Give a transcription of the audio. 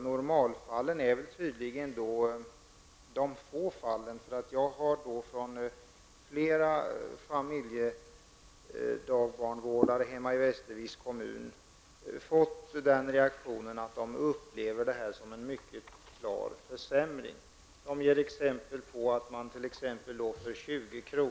Normalfallen är tydligen få, för jag har från flera familjedagbarnvårdare hemma i Västerviks kommun fått den reaktionen att de upplever detta som en klar försämring. De ger exempel på att de mot en ersättning på 20 kr.